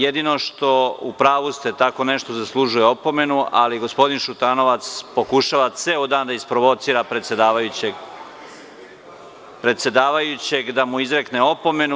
Jedino što, upravu ste, tako nešto zaslužuje opomenu, ali gospodin Šutanovac pokušava ceo dan da isprovocira predsedavajućeg da mu izrekne opomenu.